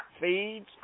feeds